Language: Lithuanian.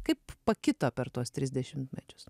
kaip pakito per tuos tris dešimtmečius